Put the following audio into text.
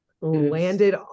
landed